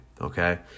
Okay